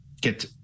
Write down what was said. get